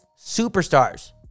superstars